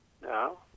No